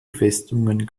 festungen